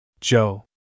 Joe